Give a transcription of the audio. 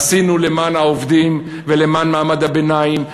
עשינו למען העובדים ולמען מעמד הביניים,